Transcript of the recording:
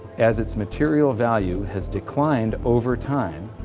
as its material value has declined over time,